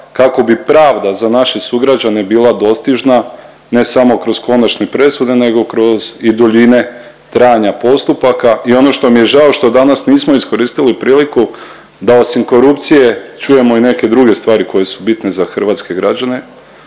kako bi pravda za naše sugrađane bila dostižna, ne samo kroz konačne presude nego kroz i duljine trajanja postupaka. I ono što mi je žao što danas nismo iskoristili priliku da osim korupcije čujemo i neke druge stvari koje su bitne za hrvatske građane,